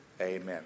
Amen